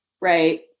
Right